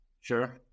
Sure